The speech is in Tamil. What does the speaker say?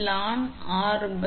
5 2